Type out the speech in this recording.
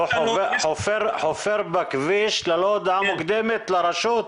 חופר בכביש ללא הודעה מוקדמת לרשות?